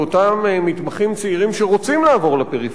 מתמחים צעירים שרוצים לעבור לפריפריה,